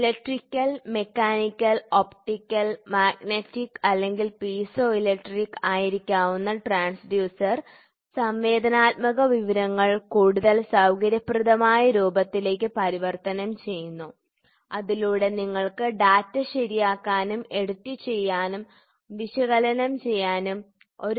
electrical mechanical optical magnetic അല്ലെങ്കിൽ piezo electric ആയിരിക്കാവുന്ന transducer സംവേദനാത്മക വിവരങ്ങൾ കൂടുതൽ സൌകര്യപ്രദമായ രൂപത്തിലേക്ക് പരിവർത്തനം ചെയ്യുന്നു അതിലൂടെ നിങ്ങൾക്ക് ഡാറ്റ ശരിയാക്കാനും എഡിറ്റുചെയ്യാനും വിശകലനം ചെയ്യാനും കഴിയും